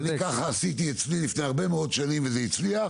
ככה עשיתי אצלי לפני הרבה מאוד שנים, וזה הצליח.